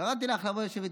קראתי לך לבוא לשבת.